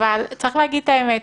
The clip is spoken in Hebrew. אבל צריך להגיד את האמת.